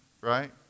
right